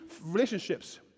relationships